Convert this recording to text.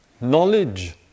knowledge